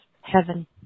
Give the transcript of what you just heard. heaven